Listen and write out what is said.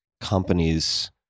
Companies